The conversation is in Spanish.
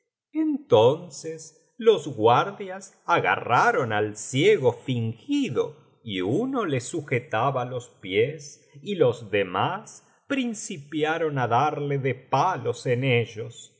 entonces los guardias agarraron al ciego fingido y uno le sujetaba los pies y los demás principiaron á darle de palos en ellos